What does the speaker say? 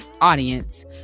audience